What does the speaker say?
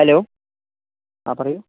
hello ആ പറയൂ